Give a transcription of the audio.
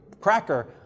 cracker